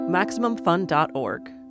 MaximumFun.org